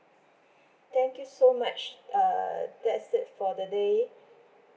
thank you so much uh that's it for the day